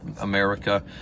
America